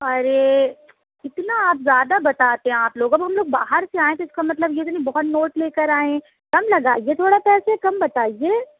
ارے اتنا آپ زیادہ بتاتے ہیں آپ لوگ اب ہم لوگ باہر سے آئے ہیں تو اِس کا مطلب یہ تو نہیں بہت نوٹ لے کر آئے ہیں کم لگائیےتھوڑا پیسے کم بتائیے